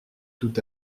tout